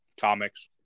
Comics